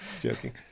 Joking